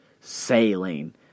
sailing